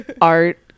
art